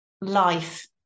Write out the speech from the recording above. life